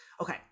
Okay